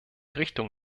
richtung